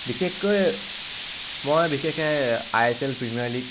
বিশেষকৈ মই বিশেষকৈ I S L premier league